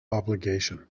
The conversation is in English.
obligation